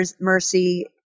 Mercy